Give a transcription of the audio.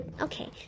Okay